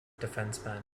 defenceman